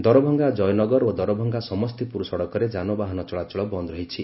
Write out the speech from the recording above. ଦରଭଙ୍ଗା ଜୟନଗର ଓ ଦରଭଙ୍ଗା ସମସ୍ତିପୁର ସଡ଼କରେ ଯାନବାହନ ଚଳାଚଳ ବନ୍ଦ ରହିଛି